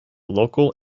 local